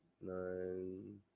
nine